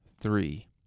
three